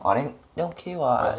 orh then then okay [what]